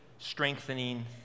Strengthening